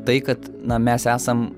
tai kad na mes esam